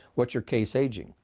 what's your case aging?